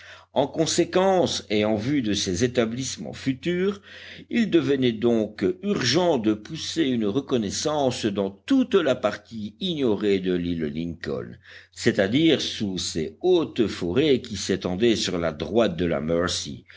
en conséquence et en vue de ces établissements futurs il devenait donc urgent de pousser une reconnaissance dans toute la partie ignorée de l'île lincoln c'est-à-dire sous ces hautes forêts qui s'étendaient sur la droite de la mercy